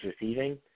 receiving